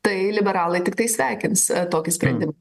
tai liberalai tiktai sveikins tokį sprendim